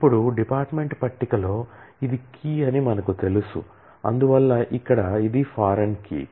ఇప్పుడు department table లో ఇది కీ అని మనకు తెలుసు అందువల్ల ఇక్కడ ఇది ఫారిన్ కీ